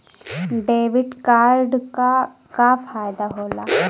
Debit card क का फायदा हो ला?